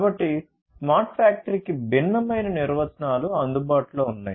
కాబట్టి స్మార్ట్ ఫ్యాక్టరీకి భిన్నమైన నిర్వచనాలు అందుబాటులో ఉన్నాయి